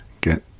get